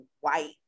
white